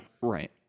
Right